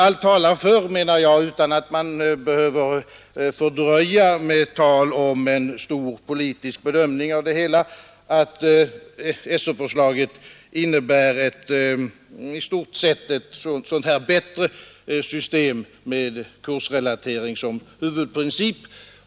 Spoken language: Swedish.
Allt talar, menar jag, utan att man behöver fördröja med utläggningar om en omfattande politisk bedömning av det hela, för att SÖ-förslaget i stort sett innebär ett bättre system med kursrelatering som huvudprincip.